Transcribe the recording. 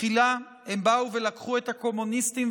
"תחילה הם באו ולקחו את הקומוניסטים,